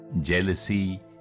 jealousy